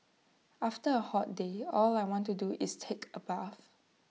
after A hot day all I want to do is take A bath